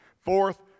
Fourth